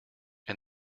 and